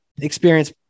experience